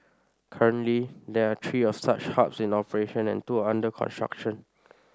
currently there are three of such hubs in operation and two are under construction